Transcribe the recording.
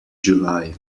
july